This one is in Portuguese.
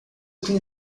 tem